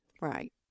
Right